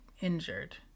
injured